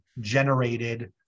generated